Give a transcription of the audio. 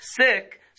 sick